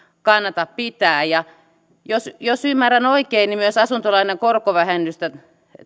kannata pitää jos jos ymmärrän oikein niin te myös nopeuttaisitte asuntolainan korkovähennyksen